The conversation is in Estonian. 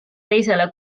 teisele